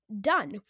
done